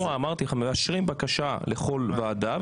נכון, אמרתי לך שמאשרים בקשה לכל ועדה.